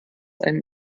einen